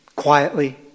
Quietly